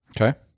Okay